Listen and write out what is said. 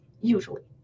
usually